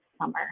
summer